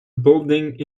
building